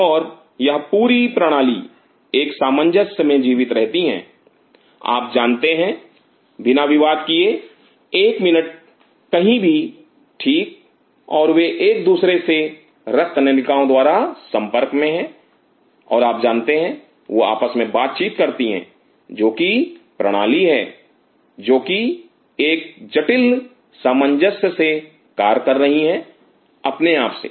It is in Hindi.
और यह पूरी प्रणाली एक सामंजस्य मे जीवित रहती हैं आप जानते हैं बिना विवाद किए 1 मिनट कहीं भी ठीक और वे एक दूसरे से रक्त नलिकाओं द्वारा संपर्क में है और आप जानते हैं वह आपस में बातचीत करती हैं जो की प्रणाली है जो कि एक जटिल सामंजस्य से कार्य कर रही है अपने आप से